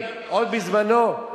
עוד בזמנו.